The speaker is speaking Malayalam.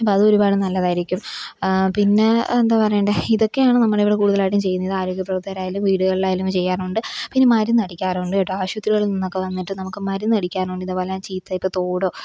അപ്പം അതൊരുപാട് നല്ലതായിരിക്കും പിന്നെ എന്താ പറയണ്ടത് ഇതൊക്കെയാണ് നമ്മളിവിടെ കൂടുതലായിട്ടും ചെയ്യുന്നത് ആരോഗ്യ പ്രവര്ത്തകരായാലും വീടുകളിലായാലും ചെയ്യാറുണ്ട് പിന്നെ മരുന്നടിക്കാറുണ്ട് കേട്ടോ ആശുപത്രികളിൽ നിന്നൊക്കെ വന്നിട്ട് നമുക്ക് മരുന്നടിക്കാറുണ്ട് ഇത്പോലെ ചീത്തയായിട്ടുള്ള ഇപ്പം തോടോ